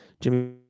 Jimmy